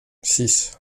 six